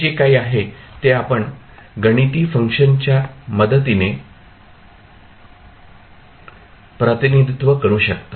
हे जे काही आहे ते आपण गणिती फंक्शनच्या मदतीने प्रतिनिधित्व करू शकता